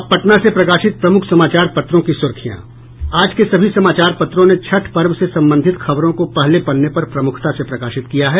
अब पटना से प्रकाशित प्रमुख समाचार पत्रों की सुर्खियां आज के सभी समाचार पत्रों ने छठ पर्व से संबंधित खबरों को पहले पन्ने पर प्रमुखता से प्रकाशित किया है